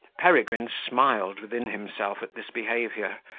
peregrine smiled within himself at this behaviour,